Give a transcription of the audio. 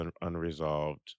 unresolved